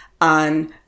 on